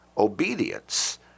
obedience